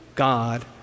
God